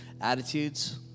attitudes